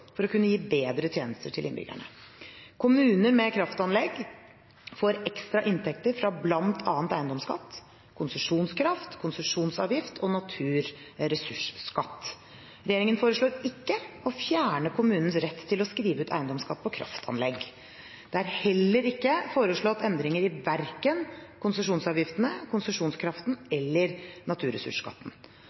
for å kunne gi bedre tjenester til innbyggerne. Kommuner med kraftanlegg får ekstra inntekter fra bl.a. eiendomsskatt, konsesjonskraft, konsesjonsavgift og naturressursskatt. Regjeringen foreslår ikke å fjerne kommunenes rett til å skrive ut eiendomsskatt på kraftanlegg. Det er heller ikke foreslått endringer i verken konsesjonsavgiftene, konsesjonskraften eller naturressursskatten.